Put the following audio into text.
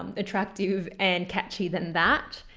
um attractive and catchy than that,